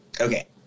Okay